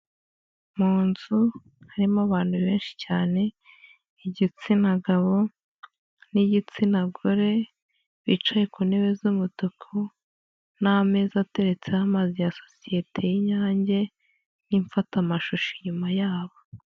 Mu nzu harimo abantu benshi cyane, igitsina gabo n'igitsina gore bicaye ku ntebe z'umutuku n'ameza ateretseho amazi ya sosiyete y'Inyange n'imfatamashusho inyuma yabo.